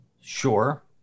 sure